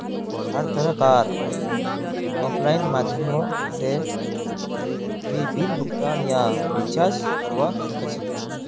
हर तरह कार आफलाइन माध्यमों से भी बिल भुगतान या रीचार्ज करवा सक्छी